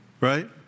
right